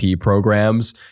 programs